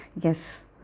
Yes